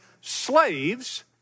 slaves